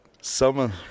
summer